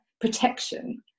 protection